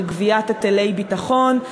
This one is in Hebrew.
של גביית היטלי ביטחון.